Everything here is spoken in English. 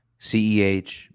Ceh